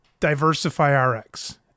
DiversifyRx